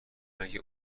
مگه